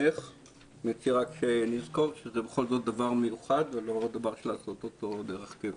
אני מציע רק שנזכור שזה בכל זאת דבר מיוחד ולא דבר לעשות אותו דרך קבע.